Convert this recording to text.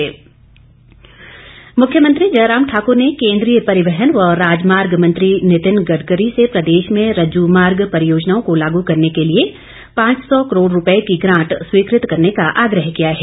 मुख्यमंत्री मुख्यमंत्री जयराम ठाकर ने केंद्रीय परिवहन व राजमार्ग मंत्री नितिन गडकरी से प्रदेश में रज्जू मार्ग परियोजनाओं को लागू करने के लिए पांच सौ करोड़ रुपए की ग्रांट स्वीकृत करने का आग्रह किया है